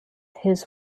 his